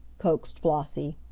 coaxed flossie.